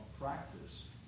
practice